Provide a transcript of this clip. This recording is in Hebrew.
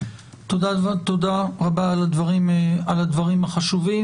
תודה רבה על הדברים החשובים.